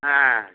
ஆ